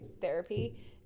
therapy